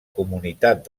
comunitat